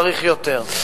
צריך יותר.